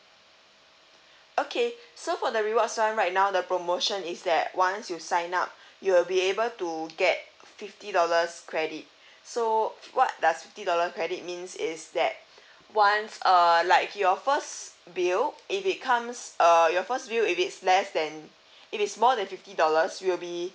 okay so for the rewards one right now the promotion is that once you sign up you will be able to get fifty dollars credit so what does fifty dollar credit means is that once err like if your first bill if it comes err your first bill if it's less than if it's more than fifty dollars you will be